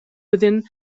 within